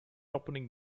opening